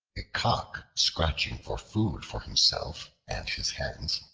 a cock, scratching for food for himself and his hens,